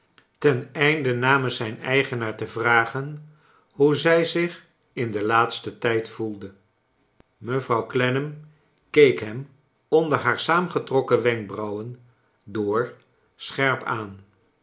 ten einde namens zijn eigenaar te vragen hoe zij zich in den laatsten tijd voelde mevrouw clennam keek hem onder haar saamgetrokken wenkbrauwen door scherp aan